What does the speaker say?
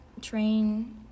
Train